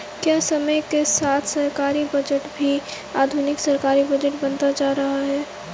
क्या समय के साथ सरकारी बजट भी आधुनिक सरकारी बजट बनता जा रहा है?